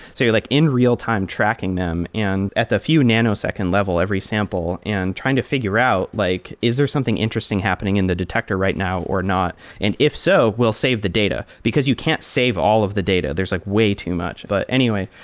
so you're like in real-time tracking them and at the few nano-second level every sample and trying to figure out like is there something interesting happening in the detector right now or not? and if so, we'll save the data, because you can't save all of the data. there's like way too much. but anyway,